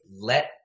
let